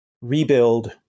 rebuild